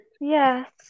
Yes